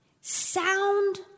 sound